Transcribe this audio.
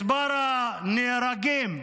מספר הנהרגים,